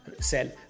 sell